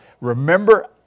remember